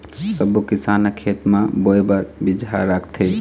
सब्बो किसान ह खेत म बोए बर बिजहा राखथे